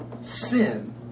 sin